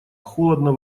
холодно